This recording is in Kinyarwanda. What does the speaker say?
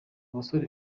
basore